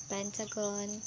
Pentagon